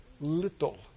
little